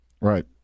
Right